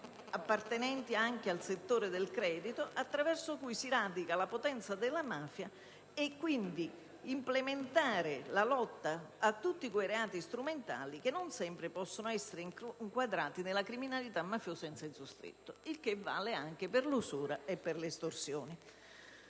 appartenenti anche al settore del credito, attraverso cui si radica la potenza della mafia e quindi implementare la lotta a tutti quei reati strumentali che non sempre possono essere inquadrati nella criminalità mafiosa in senso stretto: ciò vale dunque anche per l'usura e l'estorsione.